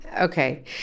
Okay